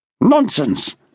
Nonsense